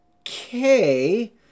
Okay